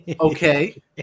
Okay